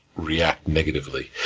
react negatively.